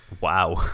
Wow